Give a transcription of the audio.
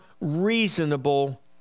reasonable